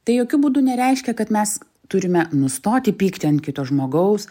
tai jokiu būdu nereiškia kad mes turime nustoti pykti ant kito žmogaus